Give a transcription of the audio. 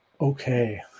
okay